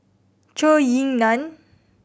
Zhou Ying Nan